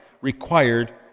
required